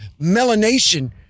melanation